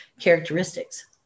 characteristics